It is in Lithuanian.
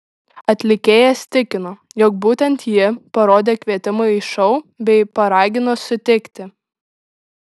atlikėjas tikino jog būtent ji parodė kvietimą į šou bei paragino sutikti